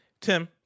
tim